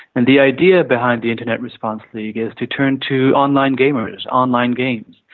and the idea behind the internet response league is to turn to online gamers, online games.